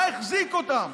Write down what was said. מה החזיק אותם?